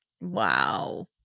Wow